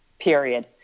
period